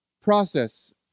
process